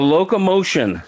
Locomotion